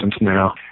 now